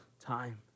time